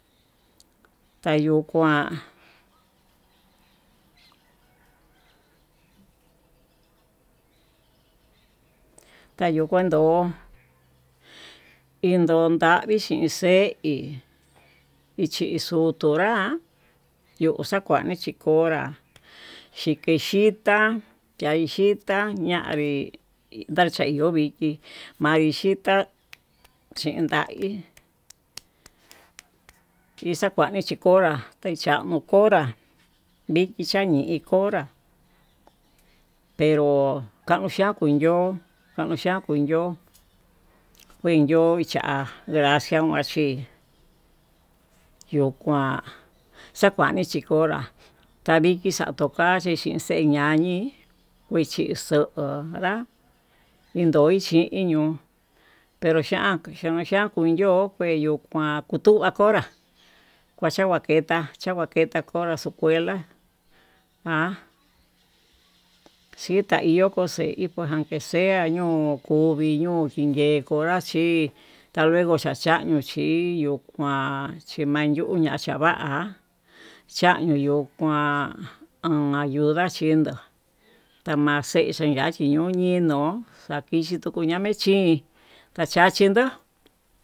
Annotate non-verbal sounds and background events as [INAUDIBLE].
Tayokuan tayokuan ndo in [HESITATION] vi chin xeí, ichi xutunrá yo'ó xakuani chí konrá xhikexhita kaixhitá ñanri ña'a xhayo'o vixhí maixhitá xhin taí kixakuani chi konrá, hechan konra vichí chañii konrá pero kaun xhian kun yo'o kaun chian kun yo'ó, kuachio xhia gracia kuaxii yo'o njuan chakuani chi konrá tandiki cha'a xukaxi kuan tuu ñañii, kuichi xo'o nrá kindoi xhi'i iño pero xhian xhian kui yo'o kuen yo'o kuan kutuu ha konrá, kuacha'a kuaketa chakuaketa changuo chukonrá ma'a xhitá iho koxe'e ikoa aunke sea ño'o kuvii ñoo tingue konrá chí taluego chachanió chi yuu kuan chimayuniá chava'a chañio yuu kuán an ayuda xhindo tamexhe xhiña xhinuñi, no'o xakixhi tuñamexin taxhachin ndo'ó.